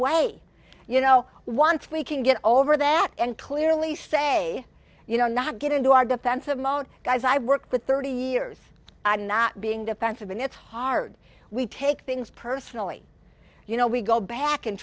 way you know once we can get over that and clearly say you know not get into our defensive mode guys i worked with thirty years i'm not being defensive and it's hard we take things personally you know we go back and